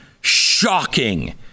shocking